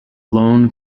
lone